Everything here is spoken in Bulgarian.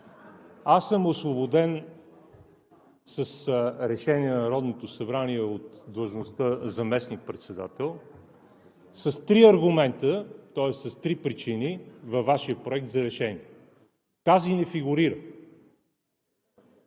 Аз съм освободен с решение на Народното събрание от длъжността заместник председател с три аргумента, тоест с три причини във Вашия Проект на решение. Тази не фигурира.